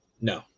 no